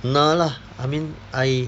no lah I mean I